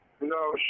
No